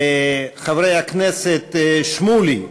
חברי הכנסת שמולי,